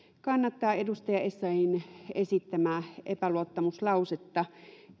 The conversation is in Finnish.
kannattaa edustaja essayahin esittämää epäluottamuslausetta